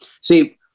See